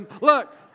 Look